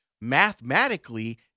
Mathematically